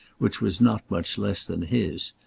which was not much less than his,